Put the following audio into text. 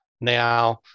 Now